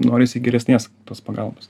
norisi geresnės tos pagalbos